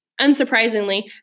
Unsurprisingly